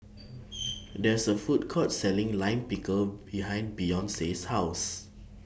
There IS A Food Court Selling Lime Pickle behind Beyonce's House